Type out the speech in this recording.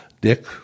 Dick